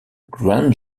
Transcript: grand